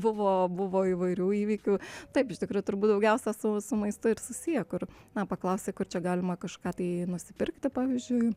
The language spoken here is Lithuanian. buvo buvo įvairių įvykių taip iš tikrųjų turbūt daugiausia su su maistu ir susiję kur na paklausi kur čia galima kažką tai nusipirkti pavyzdžiui